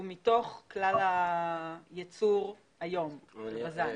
הוא מתוך כלל הייצור היום בבז"ן?